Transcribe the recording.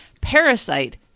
Parasite